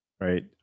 right